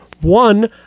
one